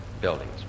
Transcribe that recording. buildings